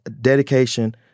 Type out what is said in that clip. dedication